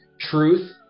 Truth